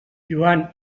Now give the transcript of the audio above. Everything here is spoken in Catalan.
joan